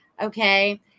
Okay